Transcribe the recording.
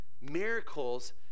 Miracles